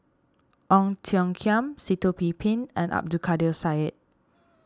Ong Tiong Khiam Sitoh Yih Pin and Abdul Kadir Syed